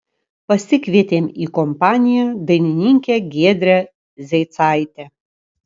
pasikvietėm į kompaniją dainininkę giedrę zeicaitę